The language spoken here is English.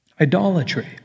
idolatry